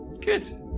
good